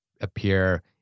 appear